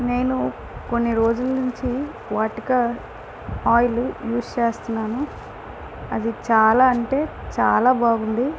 నేను కొన్ని రోజుల నుంచి వాటిక ఆయిల్ యూజ్ చేస్తున్నాను అది చాలా అంటే చాలా బాగుంది